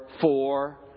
four